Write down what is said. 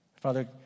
Father